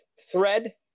thread